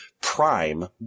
Prime